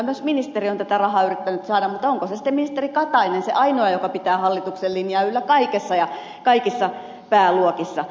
myös ministeri on tätä rahaa yrittänyt saada mutta onko se sitten ministeri katainen se ainoa joka pitää hallituksen linjaa yllä kaikessa ja kaikissa pääluokissa